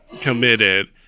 Committed